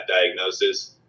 diagnosis